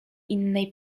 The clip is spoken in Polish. innej